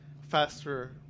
faster